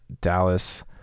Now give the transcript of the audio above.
Dallas